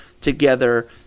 together